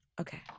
Okay